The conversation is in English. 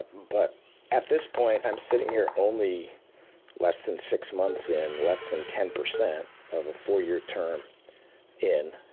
but at this point i'm sitting here only less than six months in, less than ten percent of a four year term in,